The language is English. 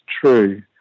true